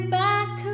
back